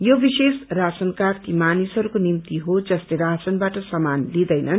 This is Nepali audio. यो विश्रेष राशन कार्ड ती मानिसहस्को निम्ति हो जसले राशनबाट सामान लिदैन्न्